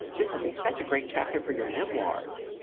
this'll be such a great chapter for your memoirs!